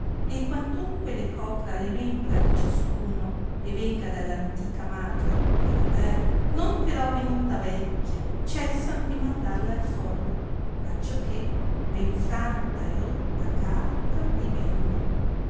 e quantunque la copra le membra di ciascuno e venga dall antica madre che è la terra non però venuta vecchia cessano di mandarla al follo acciò che ben franta e rotta carta divenga